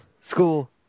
school